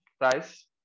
price